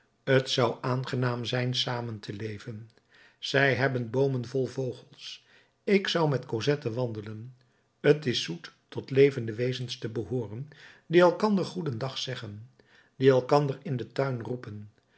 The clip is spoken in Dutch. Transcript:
t zou aangenaam zijn samen te leven zij hebben boomen vol vogels ik zou met cosette wandelen t is zoet tot levende wezens te behooren die elkander goedendag zeggen die elkander in den tuin roepen